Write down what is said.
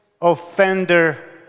offender